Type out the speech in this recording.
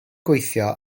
gweithio